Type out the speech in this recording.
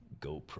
GoPro